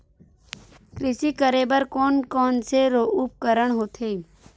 कृषि करेबर कोन कौन से उपकरण होथे?